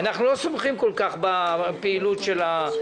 אנחנו לא סומכים כל כך על הפעילות של הרגולטור.